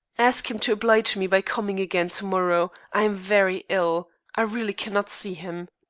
ask him to oblige me by coming again to-morrow. i am very ill. i really cannot see him.